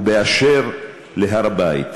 ובאשר להר-הבית: